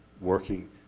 working